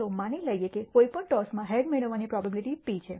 ચાલો માની લઈએ કે કોઈ પણ ટોસમાં હેડ મેળવવાની પ્રોબેબીલીટી p છે